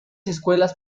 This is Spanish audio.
escuelas